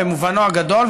במובנו הגדול,